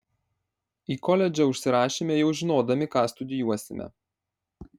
į koledžą užsirašėme jau žinodami ką studijuosime